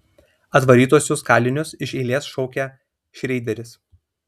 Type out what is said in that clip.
atvarytuosius kalinius iš eilės šaukia šreideris